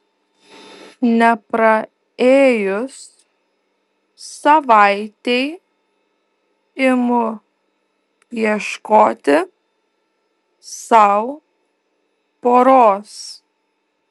nepraėjus savaitei imu ieškoti sau poros